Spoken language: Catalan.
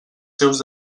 seus